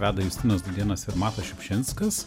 veda justinas dudėnas ir matas šiupšinskas